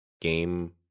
game